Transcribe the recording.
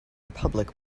public